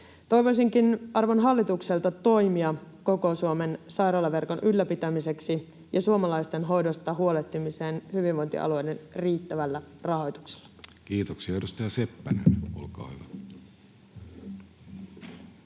Toivoisinkin arvon hallitukselta toimia koko Suomen sairaalaverkon ylläpitämiseksi ja suomalaisten hoidosta huolehtimiseksi hyvinvointialueiden riittävällä rahoituksella. Kiitoksia. — Edustaja Seppänen, olkaa hyvä.